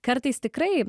kartais tikrai